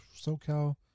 SoCal